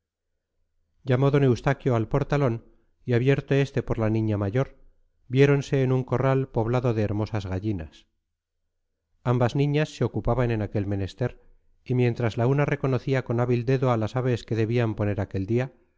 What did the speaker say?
llamó d eustaquio al portalón y abierto este por la niña mayor viéronse en un corral poblado de hermosas gallinas ambas niñas se ocupaban en aquel menester y mientras la una reconocía con hábil dedo a las aves que debían poner aquel día